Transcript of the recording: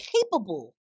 capable